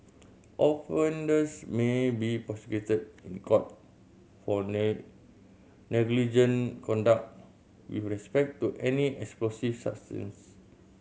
offenders may be prosecuted in court for negligent conduct with respect to any explosive substance